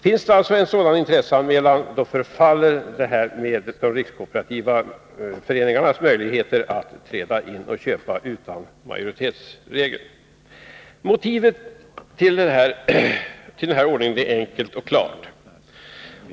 Finns det en sådan anmälan, förfaller de rikskooperativa organisationernas möjligheter att träda in och köpa utan stöd av majoritetsregeln. Motivet till denna ordning är enkelt och klart.